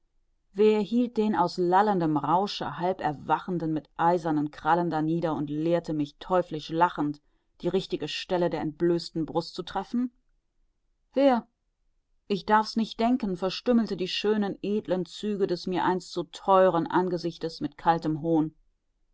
wer hielt den aus lallendem rausche halberwachenden mit eisernen krallen danieder und lehrte mich teuflisch lachend die richtige stelle der entblößten brust zu treffen wer ich darf's nicht denken verstümmelte die schönen edlen züge des mir einst so theuren angesichtes mit kaltem hohn